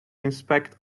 inspect